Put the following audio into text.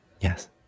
Yes